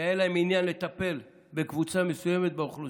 כי היה להם עניין לטפל בקבוצה מסוימת באוכלוסייה,